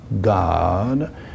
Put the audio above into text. God